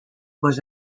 was